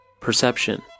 Perception